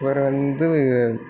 அப்புறம் வந்து